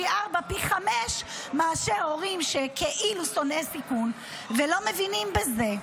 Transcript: פי ארבעה ופי חמישה מאשר הורים שכאילו שונאי סיכון ולא מבינים בזה.